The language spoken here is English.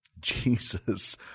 Jesus